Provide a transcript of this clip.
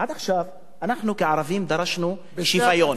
עד עכשיו אנחנו, כערבים, דרשנו שוויון.